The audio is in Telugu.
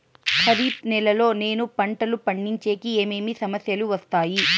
ఖరీఫ్ నెలలో నేను పంటలు పండించేకి ఏమేమి సమస్యలు వస్తాయి?